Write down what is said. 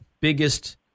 biggest